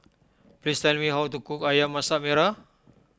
please tell me how to cook Ayam Masak Merah